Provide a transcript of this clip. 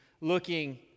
looking